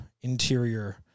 interior